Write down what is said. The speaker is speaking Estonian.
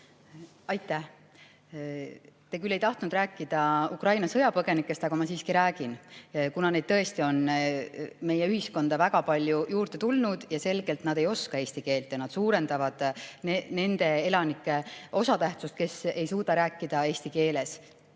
Aitäh! Te küll ei tahtnud rääkida Ukraina sõjapõgenikest, aga ma siiski räägin, kuna neid tõesti on meie ühiskonda väga palju juurde tulnud. Selge, et nad ei oska eesti keelt ja nad suurendavad nende elanike osatähtsust, kes ei suuda rääkida eesti keeles.